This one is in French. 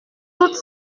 toutes